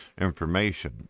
information